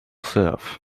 serve